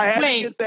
wait